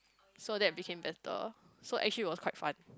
so that became better so actually it was quite fun